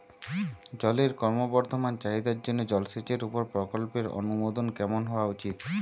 জলের ক্রমবর্ধমান চাহিদার জন্য জলসেচের উপর প্রকল্পের অনুমোদন কেমন হওয়া উচিৎ?